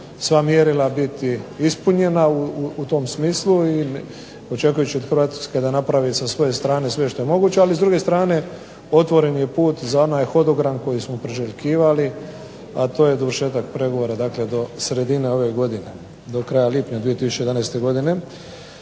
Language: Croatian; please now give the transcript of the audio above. sva mjerila biti ispunjena u tom smislu i očekujući od Hrvatske da napravi sve što je moguće, ali s druge strane otvoren je put za onaj hodogram koji smo priželjkivali a to je dovršetak pregovora, do kraja lipnja 2011. godine,